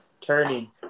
turning